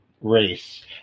race